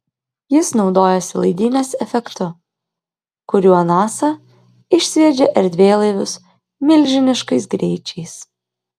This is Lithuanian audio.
jis naudojasi laidynės efektu kuriuo nasa išsviedžia erdvėlaivius milžiniškais greičiais